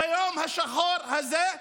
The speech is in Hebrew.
ביום השחור הזה?